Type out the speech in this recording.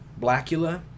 Blackula